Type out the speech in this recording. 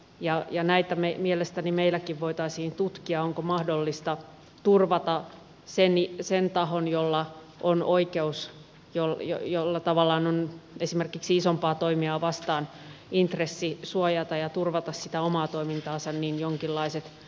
ja ja näitä me ei mielestäni meilläkin voitaisiin tutkia onko mahdollista turvata sen tahon toiminta jolla tavallaan on esimerkiksi isompaa toimijaa vastaan intressi suojata ja turvata sitä omaa toimintaansa jonkinlaisten sulkujen muodossa